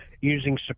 using